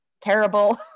terrible